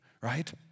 right